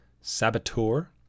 Saboteur